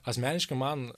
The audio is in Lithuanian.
asmeniškai man